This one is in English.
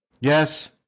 Yes